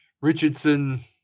Richardson